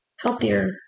healthier